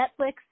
Netflix